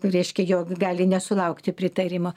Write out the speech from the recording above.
reiškia jog gali nesulaukti pritarimo